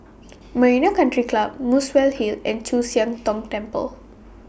Marina Country Club Muswell Hill and Chu Siang Tong Temple